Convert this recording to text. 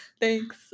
Thanks